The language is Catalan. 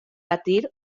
patir